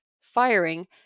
firing